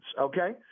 okay